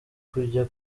tujya